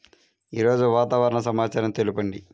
ఈరోజు వాతావరణ సమాచారం తెలుపండి